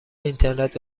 اینترنت